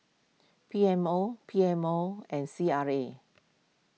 P M O P M O and C R A